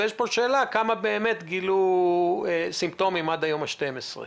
ויש שאלה כמה באמת גילו סימפטומים עד היום ה-12.